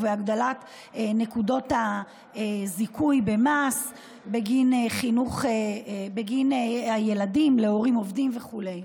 בהגדלת נקודות הזיכוי במס בגין חינוך הילדים להורים עובדים וכו'.